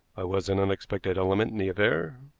i was an unexpected element in the affair.